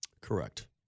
Correct